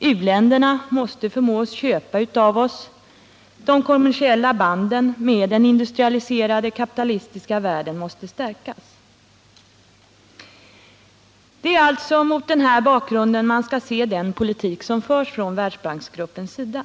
U-länderna måste förmås köpa av oss. De kommersiella banden med den industrialiserade kapitalistiska världen måste stärkas. Det är mot den här bakgrunden man skall se den politik som förs från Världsbanksgruppens sida.